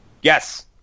Yes